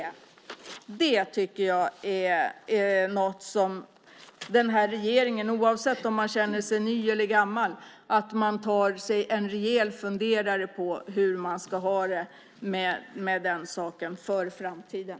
Det tycker jag är något som regeringen, oavsett om man känner sig ny eller gammal, borde ta sig en rejäl funderare på. Hur ska man ha det med den saken för framtiden?